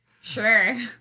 sure